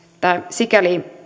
sikäli